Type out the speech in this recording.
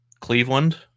Cleveland